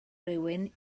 rywun